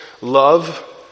love